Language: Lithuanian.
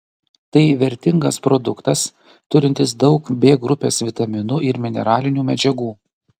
tai vertingas produktas turintis daug b grupės vitaminų ir mineralinių medžiagų